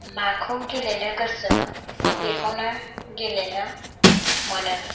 माखौ गेलेनो गोसो बेखौनो गेलेनो मोनो